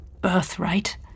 birthright